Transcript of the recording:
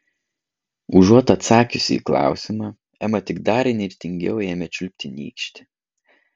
užuot atsakiusi į klausimą ema tik dar įnirtingiau ėmė čiulpti nykštį